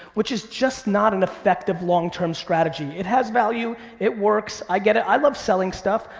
which is just not an effective longterm strategy. it has value, it works, i get it. i love selling stuff.